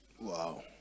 Wow